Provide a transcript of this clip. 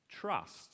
trust